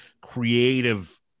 creative